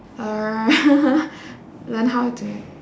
err learn how to